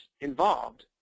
involved